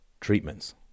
treatments